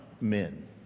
men